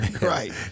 Right